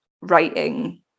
writing